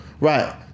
right